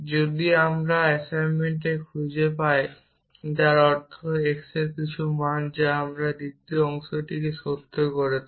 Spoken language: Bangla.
যদি আমরা কিছু অ্যাসাইনমেন্ট খুঁজে পাই যার অর্থ x এর কিছু মান যা এই দ্বিতীয় অংশটিকে সত্য করে তোলে